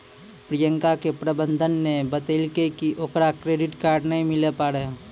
प्रियंका के प्रबंधक ने बतैलकै कि ओकरा क्रेडिट कार्ड नै मिलै पारै